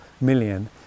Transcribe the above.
million